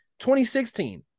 2016